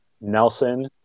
Nelson